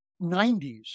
90s